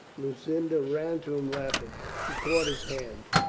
lucinda ran to him laughing. she caught his hands,